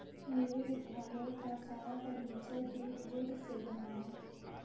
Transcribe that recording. मेरे विद्यालय का सारा फर्नीचर दृढ़ वुड से बना है